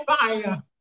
fire